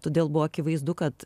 todėl buvo akivaizdu kad